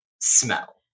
smell